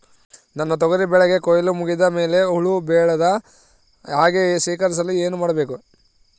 ನನ್ನ ತೊಗರಿ ಬೆಳೆಗೆ ಕೊಯ್ಲು ಮುಗಿದ ಮೇಲೆ ಹುಳು ಬೇಳದ ಹಾಗೆ ಶೇಖರಿಸಲು ಏನು ಮಾಡಬೇಕು?